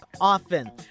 often